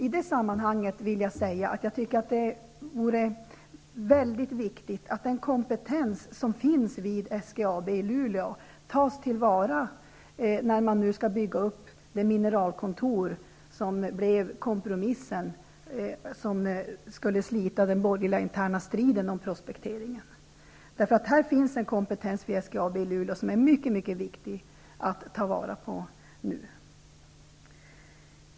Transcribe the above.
I detta sammanhang vill jag säga att det är viktigt att den kompetens som finns vid SGAB i Luleå tas till vara, när man nu skall bygga upp det mineralkontor som blev den kompromiss som skulle slita den borgerliga interna striden om prospekteringen. Här finns en kompetens hos SGAB som det är mycket viktigt att ta vara på nu.